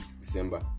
December